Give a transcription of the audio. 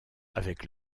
avec